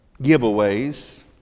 giveaways